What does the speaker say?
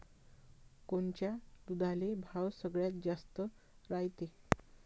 कोनच्या दुधाले भाव सगळ्यात जास्त रायते?